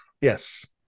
Yes